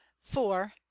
four